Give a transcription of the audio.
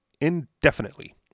indefinitely